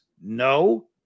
no